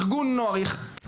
ארגון נוער או תנועת נוער,